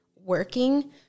working